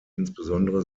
insbesondere